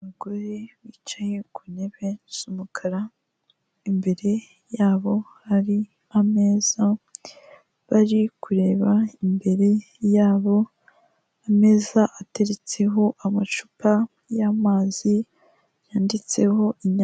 Umugore wicaye ku ntebe z'umukara imbere yabo hari ameza bari kureba imbere yabo ameza ateretseho amacupa y'amazi yanditseho inya...